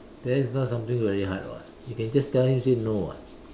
that is not something very hard [what] you can just tell him say no [what]